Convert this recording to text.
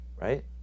Right